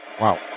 Wow